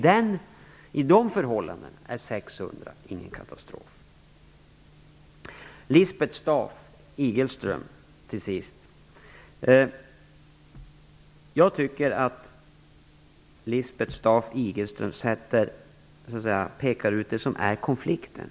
Sett i de förhållandena är 600 ingen katastrof. Jag tycker att Lisbeth Staaf-Igelström pekar ut konflikten.